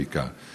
בעיקר.